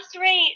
rate